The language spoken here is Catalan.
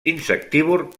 insectívor